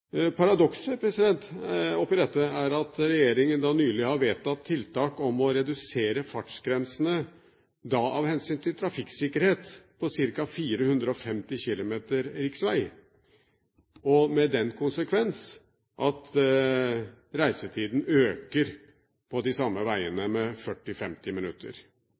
Paradokset i dette er at regjeringen nylig har vedtatt tiltak om å redusere fartsgrensene, da av hensyn til trafikksikkerhet, på ca. 450 km riksvei, med den konsekvens at reisetiden øker med 40–50 minutter på de samme veiene.